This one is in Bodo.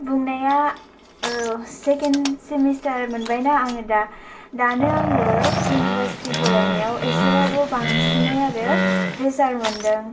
बुंनाया सेकेण्ड सेमेसतार मोनबायना आङो आं दा दानो आङो इउनिभारसिटि फरायनायाव एसे बाबो बांसिनै आरो प्रेसार मोन्दों